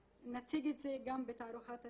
נציג את זה גם בתערוכת הציורים.